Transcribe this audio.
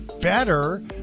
better